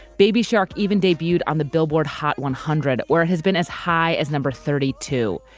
baby shark even debuted on the billboard hot one hundred where it has been as high as number thirty two.